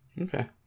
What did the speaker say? Okay